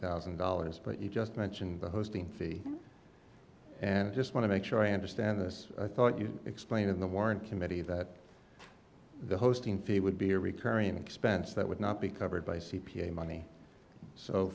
thousand dollars but you just mentioned the hosting fee and i just want to make sure i understand this i thought you explained in the warrant committee that the hosting fee would be a recurring expense that would not be covered by c p a money so